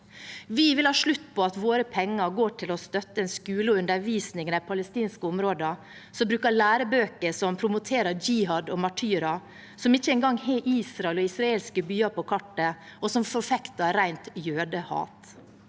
Vi vil ha slutt på at våre penger går til å støtte en skole og en undervisning i de palestinske områdene som bruker lærebøker som promoterer jihad og martyrer, som ikke engang har Israel og israelske byer på kartet, og som forfekter rent jødehat.